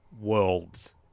worlds